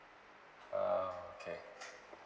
okay